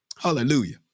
Hallelujah